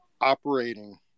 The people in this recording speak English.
operating